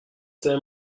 there